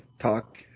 talk